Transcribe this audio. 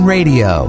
Radio